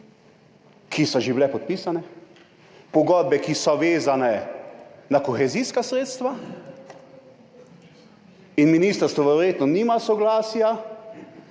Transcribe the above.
ki so že bile podpisane, pogodbe, ki so vezane na kohezijska sredstva. Ministrstvo verjetno nima evropskega